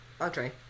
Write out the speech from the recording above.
Audrey